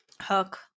Hook